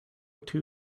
two